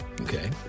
Okay